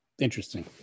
interesting